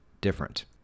different